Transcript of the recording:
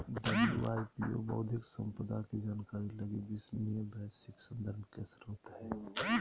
WIPO बौद्धिक संपदा के जानकारी लगी विश्वसनीय वैश्विक संदर्भ के स्रोत हइ